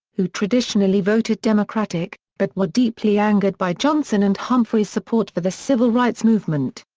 who traditionally voted democratic, but were deeply angered by johnson and humphrey's support for the civil rights movement.